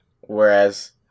Whereas